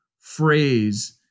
phrase